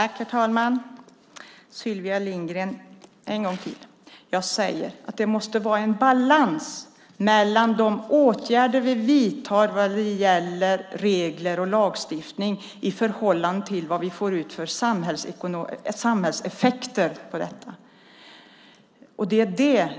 Herr talman! En gång till, Sylvia Lindgren: Jag säger att det måste vara en balans mellan de åtgärder vi vidtar vad gäller regler och lagstiftning i förhållande till de samhällseffekter vi får ut av detta.